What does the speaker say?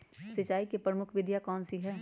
सिंचाई की प्रमुख विधियां कौन कौन सी है?